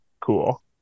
cool